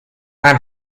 i’m